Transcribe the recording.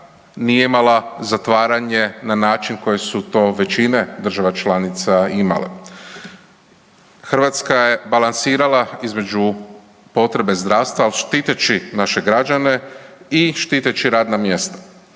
nije imala zatvaranje na način koje su to većine država članica imale. Hrvatska je balansiranja između potrebe zdravstva, al štiteći naše građane i štiteći radna mjesta.